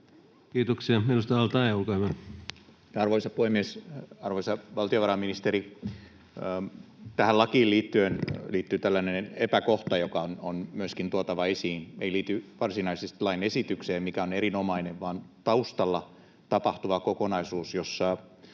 Kiitoksia. — Edustaja al-Taee, olkaa hyvä. Arvoisa puhemies! Arvoisa valtiovarainministeri! Tähän lakiin liittyy tällainen epäkohta, joka on myöskin tuotava esiin. Se ei liity varsinaisesti lain esitykseen, mikä on erinomainen, vaan taustalla tapahtuvaan kokonaisuuteen, josta